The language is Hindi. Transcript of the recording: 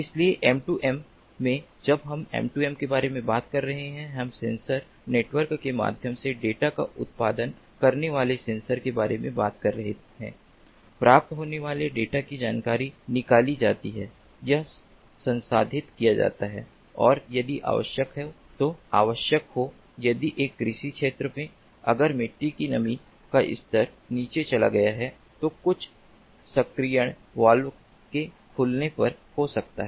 इसलिए M2M में जब हम M2M के बारे में बात कर रहे हैं हम सेंसर नेटवर्क के माध्यम से डेटा का उत्पादन करने वाले सेंसर के बारे में बात कर रहे हैं प्राप्त होने वाले डेटा की जानकारी निकाली जाती है यह संसाधित किया जाता है और यदि आवश्यक हो यदि एक कृषि क्षेत्र में अगर मिट्टी की नमी का स्तर नीचे चला गया है तो कुछ सक्रियण वाल्व के खुलने पर हो सकता है